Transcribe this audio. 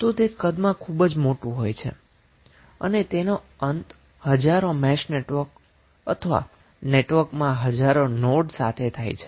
તો તે કદમાં ખુબ જ મોટું હોય છે અને તેનો અંત હજારો મેશ નેટવર્ક અથવા નેટવર્કમાં હજારો નોડ સાથે થાય છે